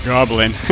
Goblin